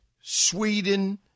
Sweden